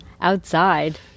Outside